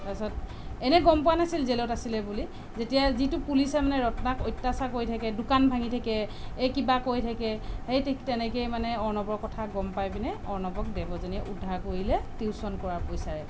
তাৰপিছত এনেই গম পোৱা নাছিল জেলত আছিলে বুলি যেতিয়া যিটো পুলিছে মানে ৰত্নাক অত্যাচাৰ কৰি থাকে দোকান ভাঙি থাকে এই কিবা কৈ থাকে সেই ঠিক তেনেকেই মানে অৰ্ণৱৰ কথা গম পাই পিনে অৰ্ণৱক দেৱযানীয়ে উদ্ধাৰ কৰিলে টিউচন কৰাৰ পইছাৰে